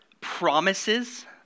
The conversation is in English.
promises